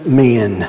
men